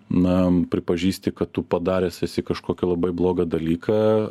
na pripažįsti kad tu padaręs esi kažkokį labai blogą dalyką